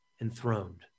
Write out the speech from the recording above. enthroned